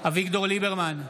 אביגדור ליברמן,